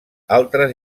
altres